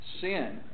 sin